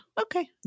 Okay